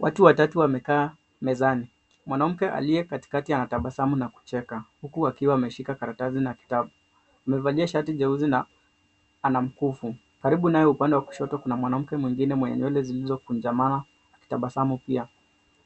Watu watatu wame kaa mezani ,mwanamke aliye katikati ana tabasamu na kucheka huku wakiwa wameshika karatasi na kitabu ,amevalia shati jeuzi na ana mkufu karibu naye kwa upande wa kushoto kuna mwanamke mwingine mwenye nywele zilizo kujamana akitabasamu pia,